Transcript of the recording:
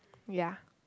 ya